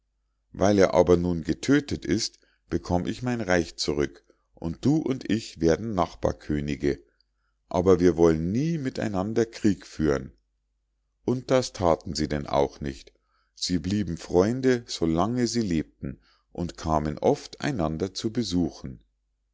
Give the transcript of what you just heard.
weil er aber nun getödtet ist bekomm ich mein reich zurück und du und ich werden nachbarkönige aber wir wollen nie mit einander krieg führen und das thaten sie denn auch nicht sie blieben freunde so lange sie lebten und kamen oft einander zu besuchen